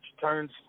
turns